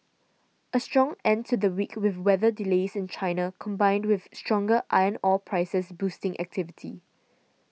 a strong end to the week with weather delays in China combined with stronger iron ore prices boosting activity